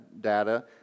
data